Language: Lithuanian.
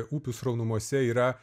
upių sraunumose yra